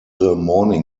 post